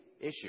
issue